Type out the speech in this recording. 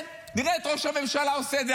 כן, נראה את ראש הממשלה עושה את זה.